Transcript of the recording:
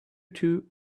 two